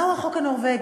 מהו החוק הנורבגי?